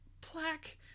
Plaque